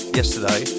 yesterday